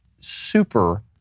super